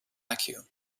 vacuum